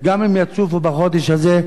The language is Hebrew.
גם אם יוצפו בחודש הזה,